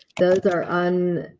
does our on.